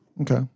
Okay